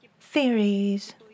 theories